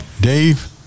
Dave